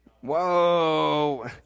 Whoa